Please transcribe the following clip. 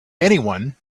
anyone